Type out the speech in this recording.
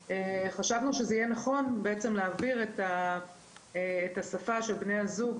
חשבנו שזה יהיה נכון להעביר את השפה של בני הזוג,